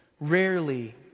rarely